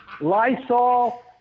Lysol